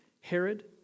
Herod